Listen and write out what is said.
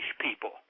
people